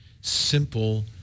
simple